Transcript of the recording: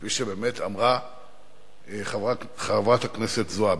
כפי שבאמת אמרה חברת הכנסת זועבי.